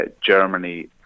Germany